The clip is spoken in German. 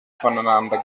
voneinander